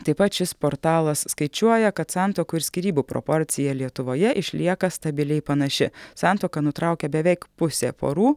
taip pat šis portalas skaičiuoja kad santuokų ir skyrybų proporcija lietuvoje išlieka stabiliai panaši santuoką nutraukia beveik pusė porų